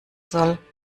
soll